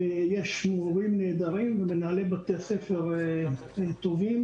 ויש מורים נהדרים ומנהלי בתי ספר טובים,